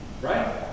Right